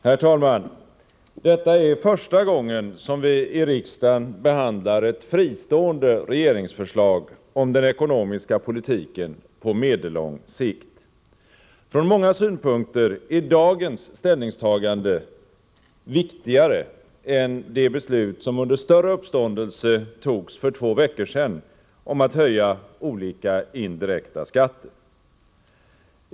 Herr talman! Detta är första gången som vi i riksdagen behandlar ett fristående regeringsförslag om den ekonomiska politiken på medellång sikt. Från många synpunkter är dagens ställningstagande viktigare än det beslut som under större uppståndelse togs för två veckor sedan om att höja olika indirekta skatter.